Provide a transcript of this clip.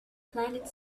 planet